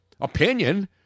opinion